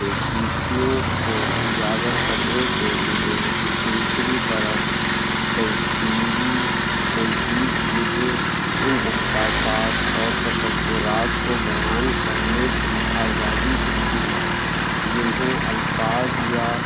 پچیدگیوں کو اجاگر کرنے کے لیے دوسری طرف تجدیدی تجدید مجھے ان احساسات اور تصورات کو بیان کرنے کی آزادی دیتی ہے جنہیں الفاظ یا